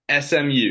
SMU